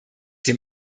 dem